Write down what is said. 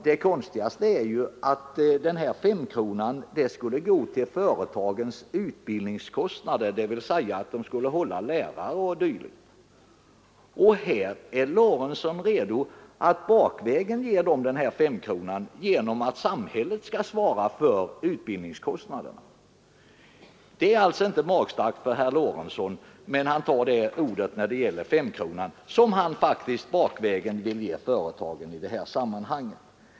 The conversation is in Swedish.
Det konstigaste är inte att femkronan skulle gå till företagets utbildningskostnader för att hålla med lärare o. d., utan att herr Lorentzon är redo att bakvägen ge företagen denna femkrona genom att föreslå att samhället skall svara för utbildningskostnaderna. Det är alltså inte magstarkt för herr Lorentzon, men han tar till det ordet när det gäller bidraget på 5 kronor, som han faktiskt på en bakväg vill ge företagen.